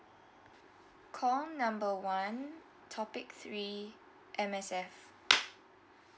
call number one topic three M_S_F